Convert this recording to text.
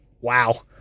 Wow